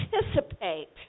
participate